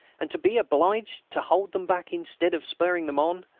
and to be obliged to hold them back instead of spurring them on,